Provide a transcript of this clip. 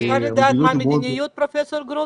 אפשר לדעת מה המדיניות, פרופ' גרוטו?